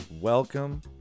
welcome